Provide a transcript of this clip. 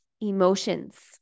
emotions